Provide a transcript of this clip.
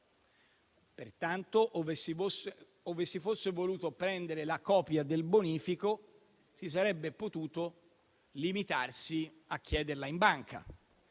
pertanto, ove si fosse voluto prendere la copia del bonifico, si sarebbe potuto limitarsi a chiederla in banca.